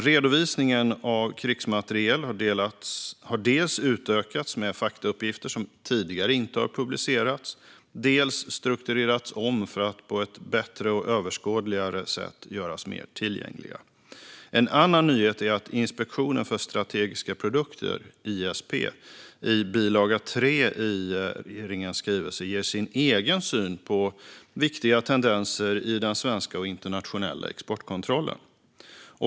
Redovisningen av krigsmateriel har dels utökats med faktauppgifter som tidigare inte har publicerats, dels strukturerats om för att på bättre och överskådligare sätt göras mer tillgänglig. En annan nyhet är att Inspektionen för strategiska produkter, ISP, i bilaga 3 i regeringens skrivelse ger sin egen syn på viktiga tendenser i den svenska och internationella exportkontrollen.